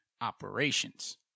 operations